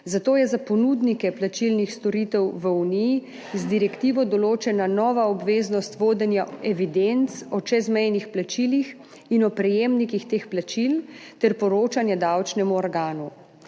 zato je za ponudnike plačilnih storitev v Uniji z direktivo določena nova obveznost vodenja evidenc o čezmejnih plačilih in o prejemnikih teh plačil ter poročanje davčnemu organu.